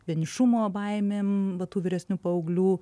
vienišumo baimėm va tų vyresnių paauglių